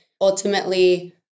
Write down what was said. ultimately